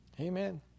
Amen